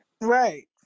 right